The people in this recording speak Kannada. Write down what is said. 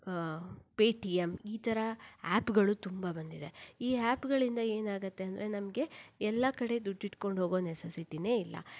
ಪೇಟಿಯಮ್ ಈ ಥರ ಆ್ಯಪ್ಗಳು ತುಂಬ ಬಂದಿದೆ ಈ ಆ್ಯಪ್ಗಳಿಂದ ಏನಾಗತ್ತೆ ಅಂದರೆ ನಮಗೆ ಎಲ್ಲ ಕಡೆ ದುಡ್ಡು ಇಟ್ಕೊಂಡು ಹೋಗೋ ನೆಸಸಿಟಿಯೇ ಇಲ್ಲ